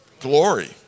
Glory